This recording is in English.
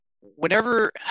Whenever